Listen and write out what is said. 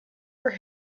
were